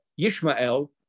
Yishmael